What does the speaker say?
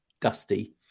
dusty